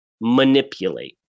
manipulate